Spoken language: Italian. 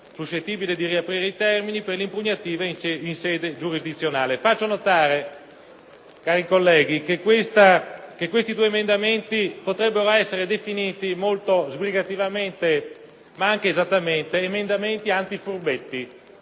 suscettibile di riaprire i termini per l'impugnativa in sede giurisdizionale. Faccio notare, cari colleghi, che questi due emendamenti potrebbero essere definiti, molto sbrigativamente ma anche esattamente, emendamenti anti-furbetti.